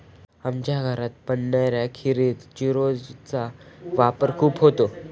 आमच्या घरात बनणाऱ्या खिरीत चिरौंजी चा वापर खूप होतो